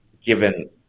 given